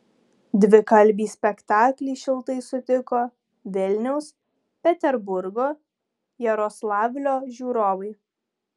dvikalbį spektaklį šiltai sutiko vilniaus peterburgo jaroslavlio žiūrovai